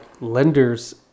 lenders